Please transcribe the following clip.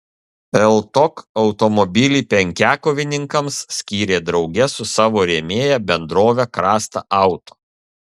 ltok automobilį penkiakovininkams skyrė drauge su savo rėmėja bendrove krasta auto